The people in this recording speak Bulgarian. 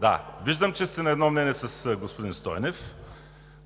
Да, виждам, че сте на едно мнение с господин Стойнев,